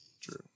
True